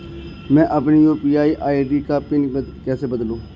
मैं अपनी UPI ID का पिन कैसे बदलूं?